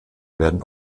werden